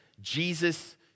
Jesus